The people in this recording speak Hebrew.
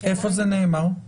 איפה זה נאמר?